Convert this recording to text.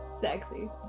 Sexy